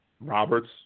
Roberts